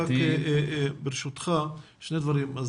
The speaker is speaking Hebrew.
ברשותך שני דברים.